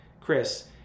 Chris